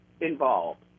involved